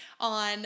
on